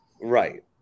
Right